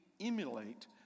emulate